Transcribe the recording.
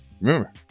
Remember